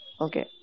Okay